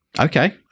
Okay